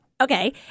Okay